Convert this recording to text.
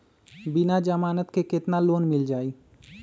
बिना जमानत के केतना लोन मिल जाइ?